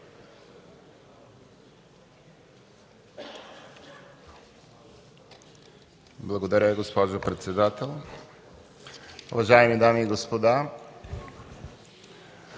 Благодаря, госпожо председател. Уважаеми дами и господа,